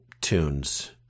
tunes